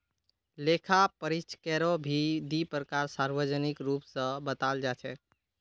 लेखा परीक्षकेरो भी दी प्रकार सार्वजनिक रूप स बताल जा छेक